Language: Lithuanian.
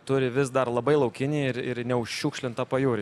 turi vis dar labai laukinį ir ir neužšiukšlintą pajūrį